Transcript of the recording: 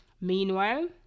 Meanwhile